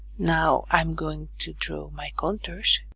now i'm going to draw my contours.